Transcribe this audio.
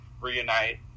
reunite